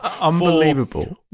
Unbelievable